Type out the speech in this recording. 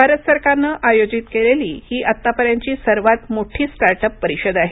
भारत सरकारनं आयोजित केलेली ही आतापर्यंतची सर्वात मोठी स्टार्टअप परिषद आहे